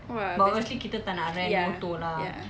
!wah! ya ya